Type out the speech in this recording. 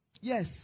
Yes